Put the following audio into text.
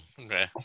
Okay